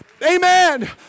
Amen